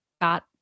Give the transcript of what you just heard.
got